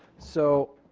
so